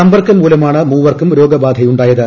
സമ്പർക്കം മൂലമാണ് മൂവർക്കും രോഗബാധയുണ്ടായത്